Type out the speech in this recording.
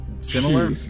Similar